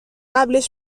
قبلش